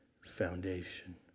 foundation